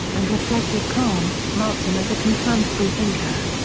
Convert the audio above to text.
and reflective calm, marked him as a confirmed freethinker.